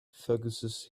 focuses